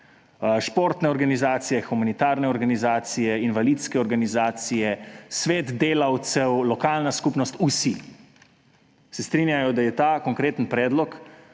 športne organizacije, humanitarne organizacije, invalidske organizacije, svet delavcev, lokalna skupnost. Vsi se strinjajo, da je ta konkreten predlog,